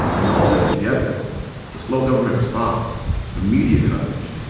and all this together the slow government response, the media coverage,